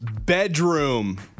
bedroom